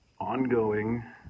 Ongoing